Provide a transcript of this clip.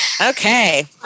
okay